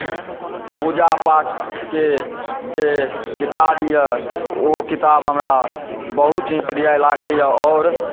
पूजा पाठके जे किताबए ओ किताब हमरा बहुत ही प्रिय लागैए आओर